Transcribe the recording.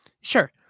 Sure